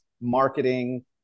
marketing